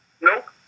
Nope